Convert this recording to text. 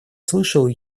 слышал